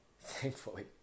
thankfully